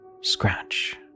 scratch